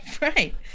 Right